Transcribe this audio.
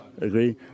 agree